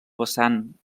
vessant